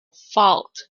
fought